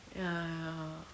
ya ya